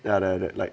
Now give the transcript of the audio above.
then after that like